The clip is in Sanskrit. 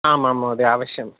आम् आम् महोदय अवश्यम्